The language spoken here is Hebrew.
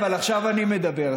אבל עכשיו אני מדבר,